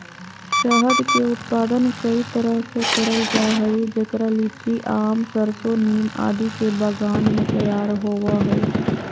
शहद के उत्पादन कई तरह से करल जा हई, जेकरा लीची, आम, सरसो, नीम आदि के बगान मे तैयार होव हई